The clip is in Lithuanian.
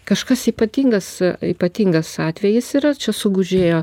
kažkas ypatingas ypatingas atvejis yra čia sugužėjo